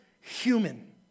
human